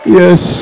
yes